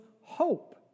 hope